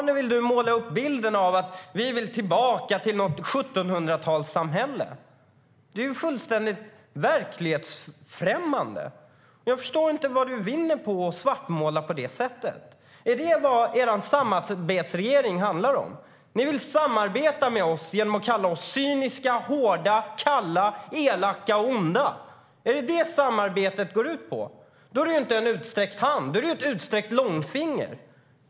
Ändå vill du måla upp bilden av att vi är tillbaka till ett 1700-talssamhälle. Det är fullständigt verklighetsfrämmande. Jag förstår inte vad du vinner på att svartmåla på det sättet. Är det vad er samarbetsregering handlar om? Ni vill samarbeta med oss genom att kalla oss cyniska, hårda, kalla, elaka och onda. Är det vad samarbetet går ut på? Då är det inte en utsträckt hand, utan då är det ett långfinger.